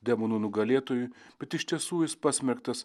demonų nugalėtojui bet iš tiesų jis pasmerktas